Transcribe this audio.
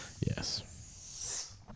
Yes